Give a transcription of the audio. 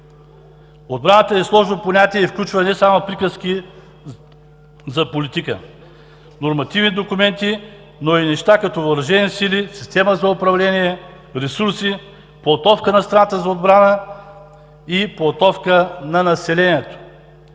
Отбраната е сложно понятие и включва не само приказки за политика. Нормативни документи, но и неща като Въоръжени сили, система за управление, ресурси, подготовка на страната за отбрана и подготовка на населението.